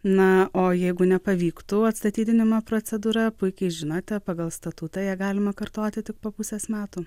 na o jeigu nepavyktų atstatydinimo procedūra puikiai žinote pagal statutą ją galima kartoti tik po pusės metų